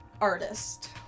artist